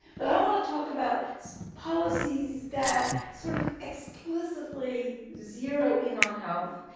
but i want to talk about policies that sort of exclusively zero in on health.